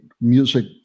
music